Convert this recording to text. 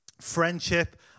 friendship